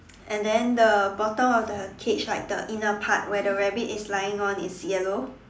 and then the bottom of the cage right the inner part where the rabbit is lying on is yellow